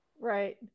Right